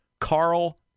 Carl